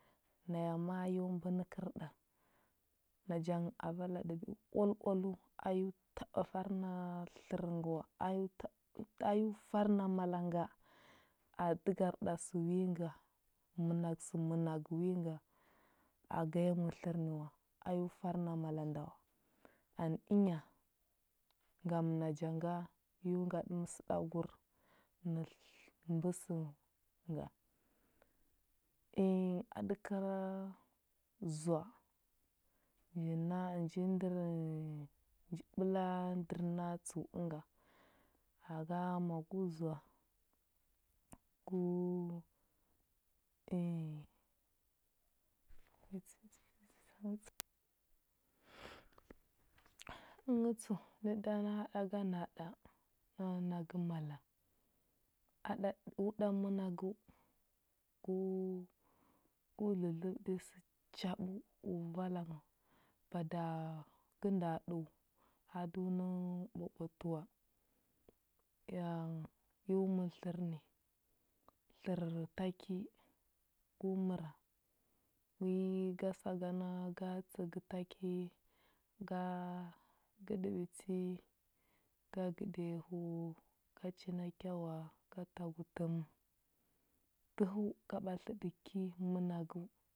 Naya ma a yo mbə nə kərɗa. Naja ngə a vala ɗaɗi oal oaləu. A yo taɓa far na tlər ngə wa, a yo taɓ a yo far na mala nga, a dəgar ɗa sə wi nga, mənag sə mənagə wi nga, aga ya mər tlər nə wa. A yo far na mala nda wa. Anə ənya, ngam naja nga yo ngaɗə məsəɗagur nə tlər mbə səu wa. Ə aɗəkəra zoa, nji na a nji ndər nji ɓəla dər na a tsəu ənga. Aga ma gu zoa, əm ən. Əngə tsəu ndə da na ɗaka na ɗa abəra nagə mala a ɗaɗə o ɗa mənagəu, gu gu dlədləɓəɗə sə chaɓəu o vala ngha. Bada gə nda ɗəu, a do nə nghə ɓwaɓwatə wa. Ya gu mər tlər ni, tlər ta ki, gu məra, wi ga sagana ga tsəgə ta ki ga gəɗə ɓiti, ga gədəya hu u, ga china kyawa, ga tagu təm. Dəhəu ga ɓatləɗə ki mənagəu.